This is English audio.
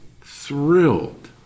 thrilled